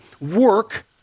work